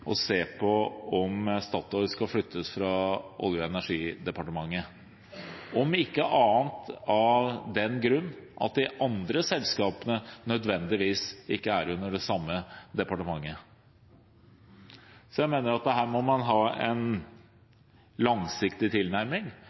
Statoil skal flyttes fra Olje- og energidepartementet – om ikke annet enn av den grunn at de andre selskapene nødvendigvis ikke er under det samme departementet. Jeg mener at her må man ha en langsiktig tilnærming.